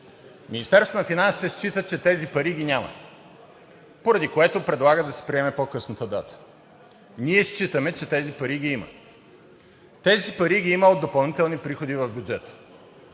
Министерството на финансите счита, че тези пари ги няма, поради което предлага да се приеме по-късната дата. Ние считаме, че тези пари ги има. Тези пари ги има от допълнителните приходи в бюджета.